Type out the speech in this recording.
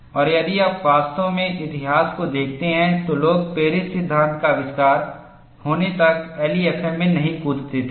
और यदि आप वास्तव में इतिहास को देखते हैं तो लोग पेरिस सिद्धांत का आविष्कार होने तक LEFM में नहीं कूदते थे